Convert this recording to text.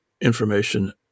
information